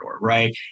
right